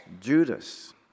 Judas